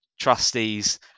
trustees